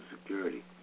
Security